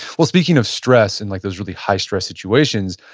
well speaking of stress and like those really high-stress situations.